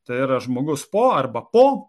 tai yra žmogus po arba po